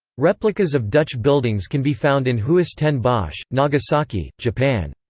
replicas of dutch buildings can be found in huis ten bosch, nagasaki, japan.